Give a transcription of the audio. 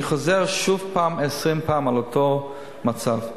אני חוזר שוב, 20 פעם, על אותו מצב.